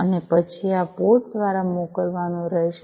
અને પછી આ પોર્ટ દ્વારા મોકલવાનું રહેશે